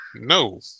No